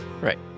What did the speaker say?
Right